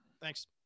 Thanks